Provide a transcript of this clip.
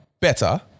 better